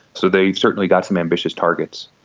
so they've certainly got some ambitious targets.